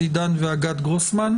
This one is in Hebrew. היא מגבלה על חופש הביטוי הפוליטי,